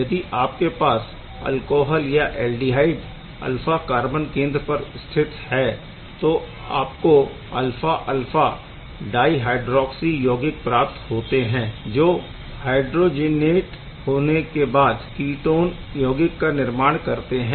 यदि आपके पास एल्कोहल या ऐल्डिहाइड अल्फा कार्बन केंद्र पर स्थित है तो आपको अल्फा अल्फा डाइहाइड्रोऑक्सी यौगिक प्राप्त होते है जो डीहाइड्रोजिनेट होने के बाद कीटोन यौगिक का निर्माण करते है